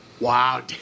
Wow